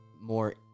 more